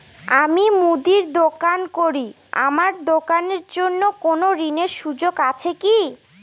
আমি মুদির দোকান করি আমার দোকানের জন্য কোন ঋণের সুযোগ আছে কি?